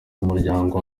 umuryango